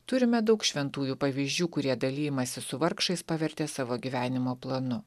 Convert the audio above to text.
turime daug šventųjų pavyzdžių kurie dalijimąsi su vargšais pavertė savo gyvenimo planu